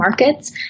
markets